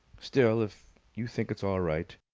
still, if you think it's all right.